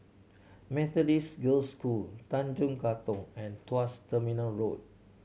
Methodist Girls' School Tanjong Katong and Tuas Terminal Road